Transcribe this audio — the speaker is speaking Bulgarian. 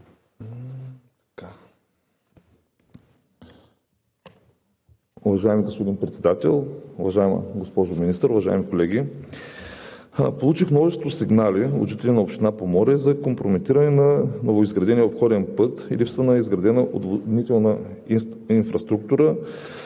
Уважаеми господин Председател, уважаеми колеги! Уважаема госпожо Министър, получих множество сигнали от жители на община Поморие за компрометиране на новоизградения обходен път и липса на изградена отводнителна инфраструктура